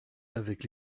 avec